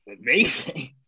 amazing